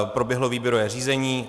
Proběhlo výběrové řízení.